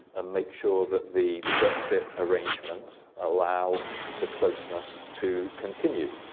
and make sure that the brexit arrangements allow the closeness to continue.